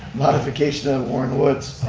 modification of warren woods.